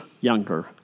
younger